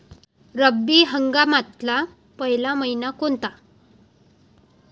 रब्बी हंगामातला पयला मइना कोनता?